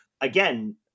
Again